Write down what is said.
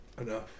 enough